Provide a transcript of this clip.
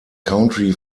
country